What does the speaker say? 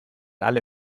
alle